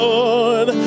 Lord